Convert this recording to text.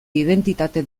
identitate